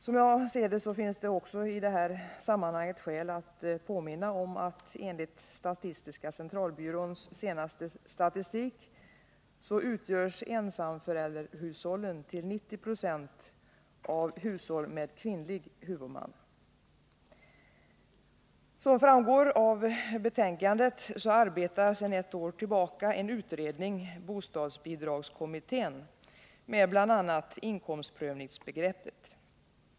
Som jag ser det finns det i detta sammanhang skäl att också påminna om att enligt statistiska centralbyråns senaste statistik utgörs ensamförälderhushållen till 90 26 av hushåll med kvinnlig huvudman. Som framgår av betänkandet arbetar sedan ett år tillbaka en utredning, bostadsbidragskommittén, med bl.a. inkomstprövningsbegreppet.